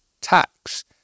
tax